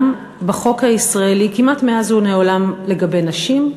בחוק הישראלי כמעט מאז ומעולם לגבי נשים,